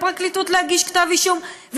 לפרקליטות להגיש כתב אישום,